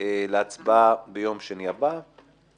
שפה נצטרך הרחבה שהיא לא רק "לפני תחילתו של חוק זה"